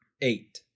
eight